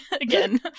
again